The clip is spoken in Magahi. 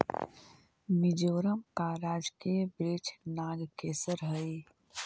मिजोरम का राजकीय वृक्ष नागकेसर हई